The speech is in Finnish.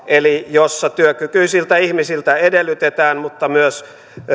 jossa työkykyisiltä ihmisiltä edellytetään mutta heille myös